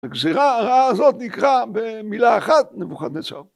הגזירה, הרעה הזאת נקרא במילה אחת, נבוכדנצר.